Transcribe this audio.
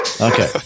Okay